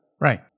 Right